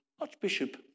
Archbishop